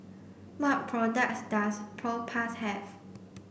what products does Propass have